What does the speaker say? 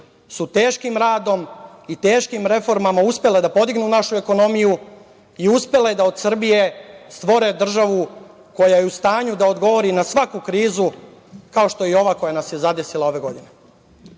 su teškim radom i teškim reformama uspele da podignu našu ekonomiju i uspele da od Srbije stvore državu koja je u stanju da odgovori na svaku krizu, kao što je i ova koja nas je zadesila ove godine. Samo